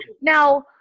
now